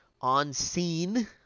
on-scene